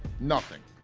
nothing.